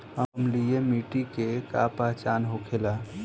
अम्लीय मिट्टी के का पहचान होखेला?